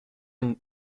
and